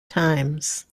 times